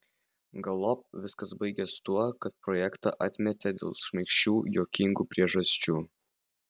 galop viskas baigėsi tuo kad projektą atmetė dėl šmaikščių juokingų priežasčių